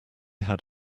had